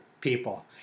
people